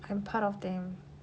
I'm part of them